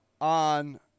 On